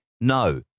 No